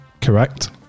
correct